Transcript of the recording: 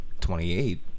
28